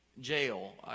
jail